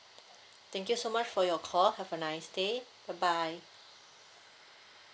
thank you so much for your call have a nice day bye bye